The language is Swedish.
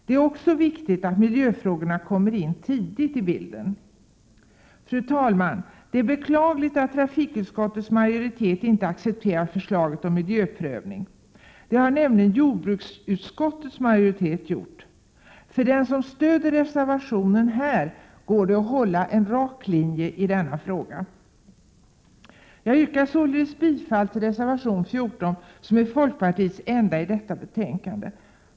Det är också viktigt att miljöfrågorna tidigt kommer in i bilden. Fru talman! Det är beklagligt att trafikutskottets majoritet inte accepterat förslaget om miljöprövning. Det har nämligen jordbruksutskottets majoritet gjort. För den som stöder reservationen här går det att hålla en rak linje i denna fråga. Jag yrkar således bifall till reservation 14 som är folkpartiets enda reservation i detta betänkande.